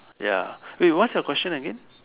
ya wait what's your question again